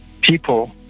people